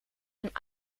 een